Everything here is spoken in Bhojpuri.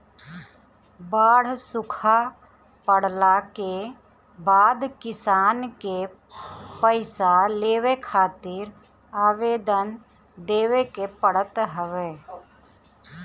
बाढ़ सुखा पड़ला के बाद किसान के पईसा लेवे खातिर आवेदन देवे के पड़त हवे